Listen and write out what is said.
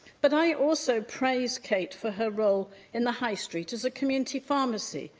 but i also praise kate for her role in the high street as a community pharmacy,